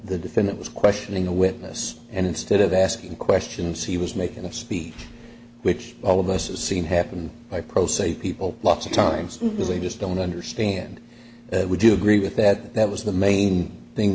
the defendant was questioning a witness and instead of asking questions he was making a speech which all of us have seen happen by post say people lots of times they just don't understand that would you agree with that that was the main thing